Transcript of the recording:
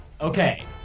Okay